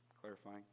clarifying